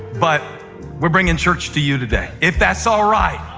but we're bringing church to you today, if that's all right.